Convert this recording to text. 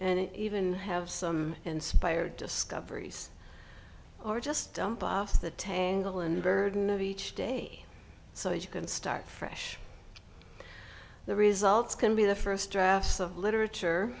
and even have some inspired discoveries or just off the tangle and burden of each day so you can start fresh the results can be the first drafts of literature